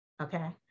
okay